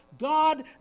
God